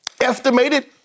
estimated